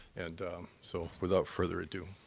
and so, without further ado,